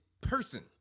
person